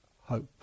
hope